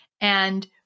and-